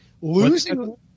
losing –